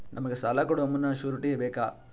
ನಮಗೆ ಸಾಲ ಕೊಡುವ ಮುನ್ನ ಶ್ಯೂರುಟಿ ಬೇಕಾ?